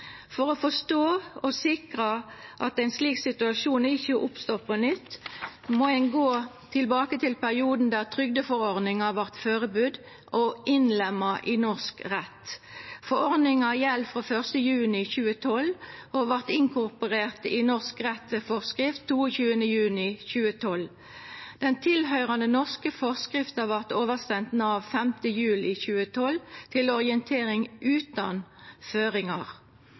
For å forstå og sikra at ein slik situasjon ikkje oppstår på nytt, må ein gå tilbake til perioden då trygdeforordninga vart førebudd og innlemma i norsk rett. Forordninga gjeld frå 1. juni 2012 og vart inkorporert i norsk rett ved forskrift 22. juni 2012. Den tilhøyrande norske forskrifta vart oversend Nav 5. juli 2012 til orientering utan føringar.